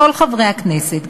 כל חברי הכנסת,